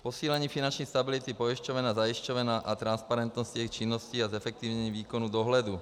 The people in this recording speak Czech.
Posílení finanční stability pojišťoven a zajišťoven a transparentnosti jejich činnosti a zefektivnění výkonu dohledu.